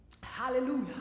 Hallelujah